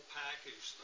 package